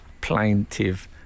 plaintive